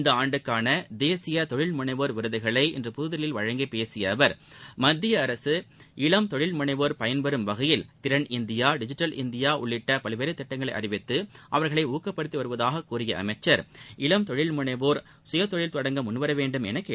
இந்தஆண்டுக்கானதேசியதொழில்முனைவோர்விரு துகளைஇன்றுபுதுதில்லியில்வழங்கிப்பேசியஅவர் மத்தியஅரசு இளம்தொழில்முனைவோர்பயன்பெறும்வகையில்திறன் இந்தியா டிஜிட்டல்இந்தியாஉள்ளிட்டபல்வேறுதிட்டங்களைஅறிவித் துஅவர்களைஊக்கப்படுத்திவருதாகக்கூறியஅமைச்சர் இ ளம்தொழில்முனைவோர்சுயதொழில்தொடங்கமுன்வர வேண்டும்எனகேட்டுக்கொண்டார்